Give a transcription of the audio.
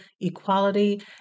equality